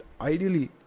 ideally